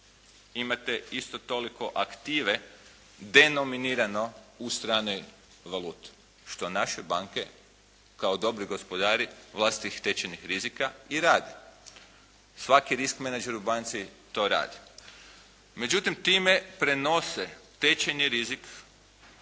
imate isto toliko aktive denominirano u stranoj valuti što naše banke kao dobri gospodari vlastitih tečajnih rizika i rade. Svake disk menadžer u banci to radi. Međutim, time prenose tečajni rizik